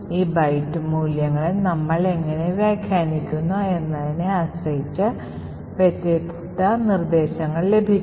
ഈ ബൈറ്റ് മൂല്യങ്ങളെ നമ്മൾ എങ്ങനെ വ്യാഖ്യാനിക്കുന്നു എന്നതിനെ ആശ്രയിച്ച് വ്യത്യസ്ത നിർദ്ദേശങ്ങൾ ലഭിക്കും